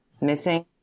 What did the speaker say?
missing